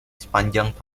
sepanjang